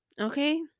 okay